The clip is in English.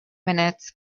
minutes